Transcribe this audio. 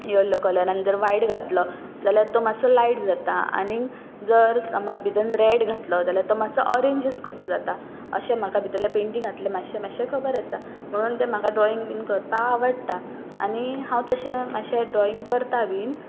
येलो कलरान जर व्हायट घातलो जाल्यार तो मातसो लायट जाता आनीक जर समज भितन रेड घातलो जाल्यार तो मातसो ऑरेंजीस कसो जाता अशें म्हाका भितरले पेंटिंगांतलें मातशें मातशें खबर आसा म्हणून तें म्हाका ड्रॉइंग बीन करपाक आवडटा आनी हांव तशें मात्शें ड्रॉइंग करता बीन